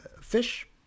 fish